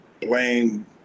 blame